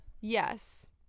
yes